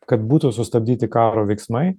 kad būtų sustabdyti karo veiksmai